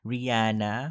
Rihanna